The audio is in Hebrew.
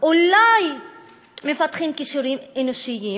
אולי מפתחים כישורים אנושיים,